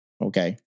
Okay